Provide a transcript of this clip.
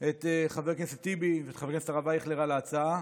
את חבר הכנסת טיבי ואת חבר הכנסת הרב אייכלר על ההצעה,